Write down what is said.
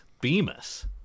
Bemis